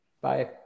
Bye